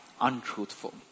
untruthful